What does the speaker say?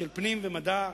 של ועדות הפנים והמדע.